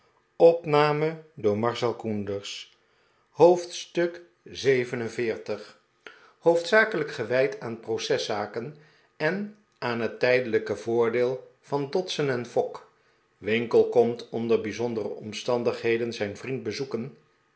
hoofdstuk xlvil hoofdzakelijk gewijd aan proceszaken en aan het tijdelijke voordeel van dodson en f gg winkle komt onder bijzondere omstandigheden zijn vriend bezoeken